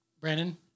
Brandon